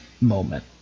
moment